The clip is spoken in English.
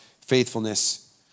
faithfulness